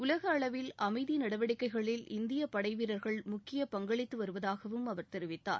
உலகளவில் அமைதி நடவடிக்கைகளில் இந்தியப் படை வீரர்கள் முக்கிய பங்களித்து வருவதாகவும் அவர் தெரிவித்தார்